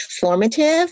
formative